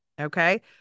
okay